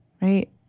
right